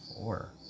four